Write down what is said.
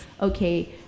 okay